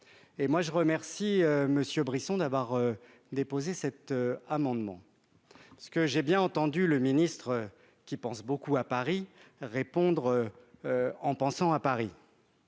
je remercie monsieur Brisson d'avoir déposé cet amendement, ce que j'ai bien entendu le ministre qui pense beaucoup à Paris répondre en pensant à Paris